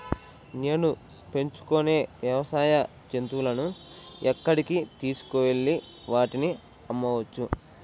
నేను పెంచుకొనే వ్యవసాయ జంతువులను ఎక్కడికి తీసుకొనివెళ్ళి వాటిని అమ్మవచ్చు?